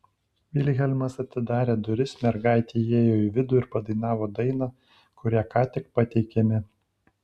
vilhelmas atidarė duris mergaitė įėjo į vidų ir padainavo dainą kurią ką tik pateikėme